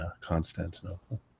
Constantinople